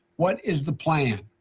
what is the plan,